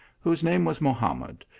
whose name was mohamed,